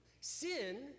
Sin